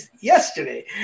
Yesterday